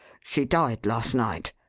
she died last night,